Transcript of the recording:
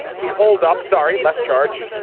he holed up sorry, less charged.